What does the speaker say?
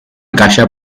caixa